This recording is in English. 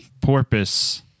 porpoise